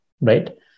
right